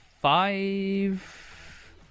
five